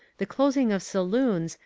the closing of saloons,